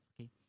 Okay